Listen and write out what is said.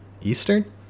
Eastern